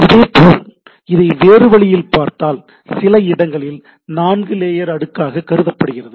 இதேபோல் இதை வேறு வழியில் பார்த்தால் சில இடங்களில் நான்கு லேயர் அடுக்காக கருதப்படுகிறது